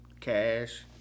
Cash